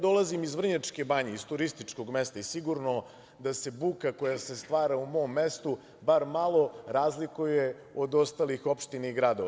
Dolazim iz Vrnjačke Banje, iz turističkog mesta i sigurno da se buka koja se stvara u mom mestu bar malo razlikuje od ostalih opština i gradova.